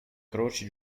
croci